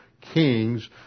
kings